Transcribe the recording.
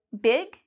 big